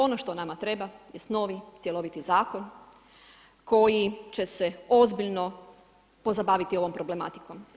Ono što nama treba, je novi cjeloviti zakon, koji će se ozbiljno pozabaviti ovom problematikom.